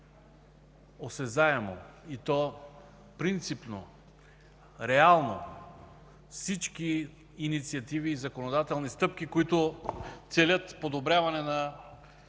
осезаемо, принципно, реално всички инициативи и законодателни стъпки, които целят подобряване на